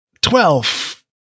Twelve